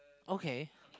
okay